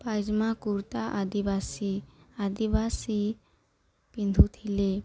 ପାଇଜାମା କୁର୍ତ୍ତା ଆଦିବାସୀ ଆଦିବାସୀ ପିନ୍ଧୁଥିଲେ